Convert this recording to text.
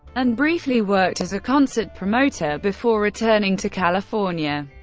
and briefly worked as a concert promoter before returning to california.